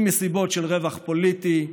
אם מסיבות של רווח פוליטי,